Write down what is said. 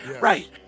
Right